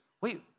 Wait